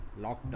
lockdown